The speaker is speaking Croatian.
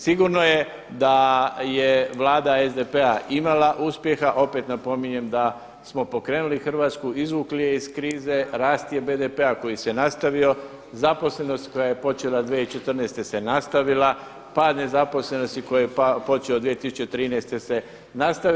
Sigurno je da je Vlada SDP-a imala uspjeha, opet napominjem da smo pokrenuli Hrvatsku, izvukli je iz krize, rast je BDP-a koji se nastavio, zaposlenost koja je počela 2014. se nastavila, pad nezaposlenosti koji je pao, počeo 2013. se nastavio.